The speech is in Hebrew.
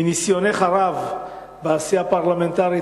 מניסיונך הרב בעשייה הפרלמנטרית,